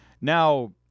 Now